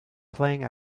playing